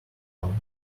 one